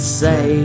say